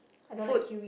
food